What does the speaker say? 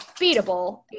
beatable